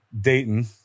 Dayton